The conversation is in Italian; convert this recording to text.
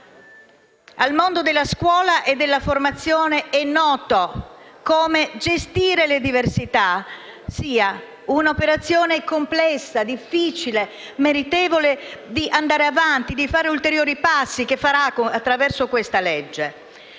Al mondo della scuola e della formazione è noto come gestire le diversità sia un'operazione complessa, difficile e meritevole di andare avanti e fare ulteriori passi, come avverrà attraverso questa legge.